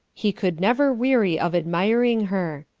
he could never weary of admiring her.